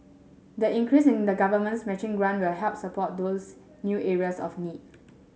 the increase in the government's matching grant will help support those new areas of need